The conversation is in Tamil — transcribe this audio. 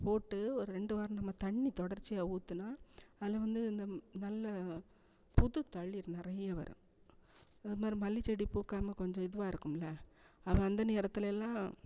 போட்டு ஒரு ரெண்டு வாரம் நம்ம தண்ணி தொடர்ச்சியாக ஊற்றினா அதில் வந்து இந்த நல்ல புது தளிர் நிறைய வரும் அதுமாதிரி மல்லிச்செடி பூக்காமல் கொஞ்சம் இதுவாக இருக்கும்ல அப்போ அந்த நேரத்திலயெல்லாம்